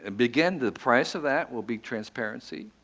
and but again, the price of that will be transparency.